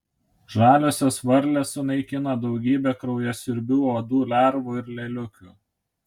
žaliosios varlės sunaikina daugybę kraujasiurbių uodų lervų ir lėliukių